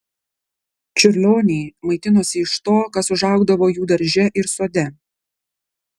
čiurlioniai maitinosi iš to kas užaugdavo jų darže ir sode